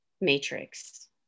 matrix